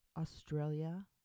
Australia